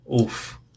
Oof